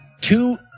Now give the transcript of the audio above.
Two